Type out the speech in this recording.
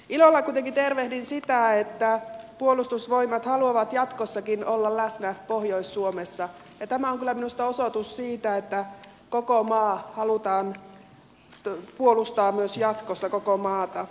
ilolla kuitenkin tervehdin sitä että puolustusvoimat haluaa jatkossakin olla läsnä pohjois suomessa ja tämä on kyllä minusta osoitus siitä että halutaan puolustaa myös jatkossa koko maata